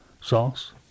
sauce